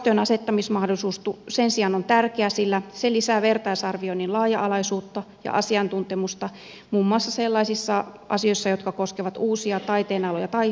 jaostojen asettamismahdollisuus sen sijaan on tärkeä sillä se lisää vertaisarvioinnin laaja alaisuutta ja asiantuntemusta muun muassa sellaisissa asioissa jotka koskevat uusia taiteenaloja tai poikkitaiteellisuutta